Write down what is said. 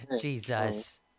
Jesus